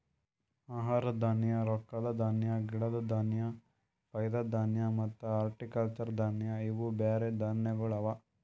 ಆಹಾರ ಧಾನ್ಯ, ರೊಕ್ಕದ ಧಾನ್ಯ, ಗಿಡದ್ ಧಾನ್ಯ, ಫೀಡ್ ಧಾನ್ಯ ಮತ್ತ ಹಾರ್ಟಿಕಲ್ಚರ್ ಧಾನ್ಯ ಇವು ಬ್ಯಾರೆ ಧಾನ್ಯಗೊಳ್ ಅವಾ